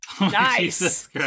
Nice